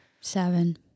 Seven